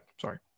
Sorry